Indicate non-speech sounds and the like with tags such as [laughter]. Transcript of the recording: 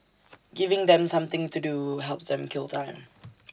giving them something to do helps them kill time [noise]